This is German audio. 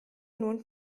nun